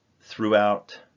throughout